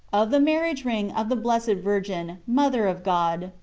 of the marriage ring of the blessed virgin, mother of god,